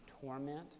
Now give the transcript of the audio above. torment